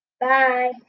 Bye